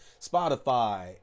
Spotify